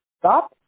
Stop